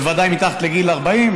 בוודאי מתחת לגיל 40,